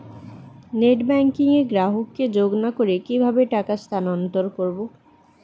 Net banking এ গ্রাহককে যোগ না করে কিভাবে টাকা স্থানান্তর করব?